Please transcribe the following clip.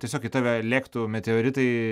tiesiog į tave lėktų meteoritai